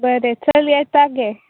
बरें चल येता गे